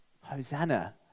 Hosanna